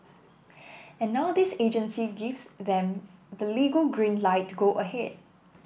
and now this agency gives them the legal green light to go ahead